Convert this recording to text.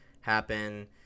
happen